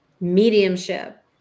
mediumship